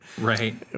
right